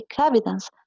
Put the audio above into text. evidence